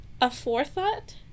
aforethought